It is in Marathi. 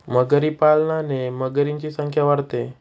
मगरी पालनाने मगरींची संख्या वाढते